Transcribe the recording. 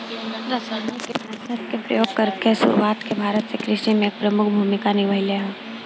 रासायनिक कीटनाशक के प्रयोग भारत में शुरुआत के बाद से कृषि में एक प्रमुख भूमिका निभाइले बा